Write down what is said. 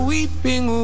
Weeping